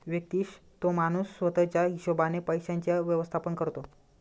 व्यक्तिशः तो माणूस स्वतः च्या हिशोबाने पैशांचे व्यवस्थापन करतो